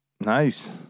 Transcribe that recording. Nice